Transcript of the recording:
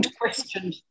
question